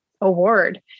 award